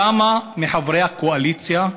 כמה מחברי הקואליציה,